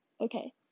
Okay